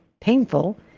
painful